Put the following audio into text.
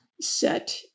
set